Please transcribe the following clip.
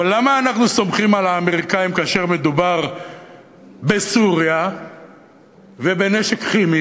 אבל למה אנחנו סומכים על האמריקנים כאשר מדובר בסוריה ובנשק כימי